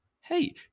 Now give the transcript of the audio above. hey